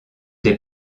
des